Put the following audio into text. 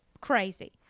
crazy